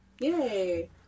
Yay